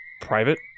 Private